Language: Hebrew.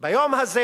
היום הזה